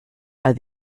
are